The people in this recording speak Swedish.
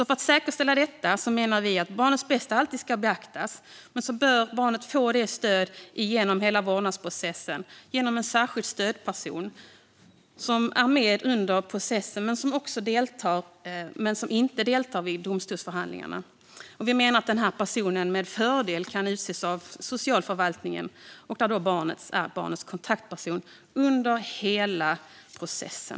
För att säkerställa att barnets bästa alltid beaktas menar vi att barnet bör få stöd genom hela vårdnadsprocessen genom en särskild stödperson som är med under processen men som inte deltar vid domstolsförhandlingarna. Vi menar att den här personen med fördel kan utses av socialförvaltningen och vara barnets kontaktperson under hela processen.